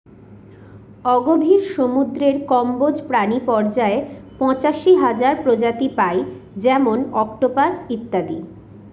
অগভীর সমুদ্রের কম্বজ প্রাণী পর্যায়ে পঁচাশি হাজার প্রজাতি পাই যেমন অক্টোপাস ইত্যাদি